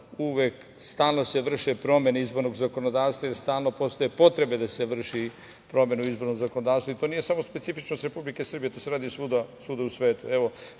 uvek stalno se vrše promene izbornog zakonodavstva, jer stalno postoje potrebe da se vrši promena u izbornom zakonodavstvu i to nije samo specifičnost Republike Srbije, to se radi svuda u svetu.